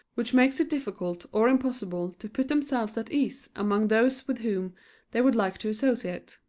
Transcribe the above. which makes it difficult or impossible to put themselves at ease among those with whom they would like to associate.